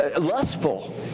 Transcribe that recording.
lustful